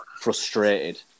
frustrated